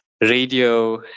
radio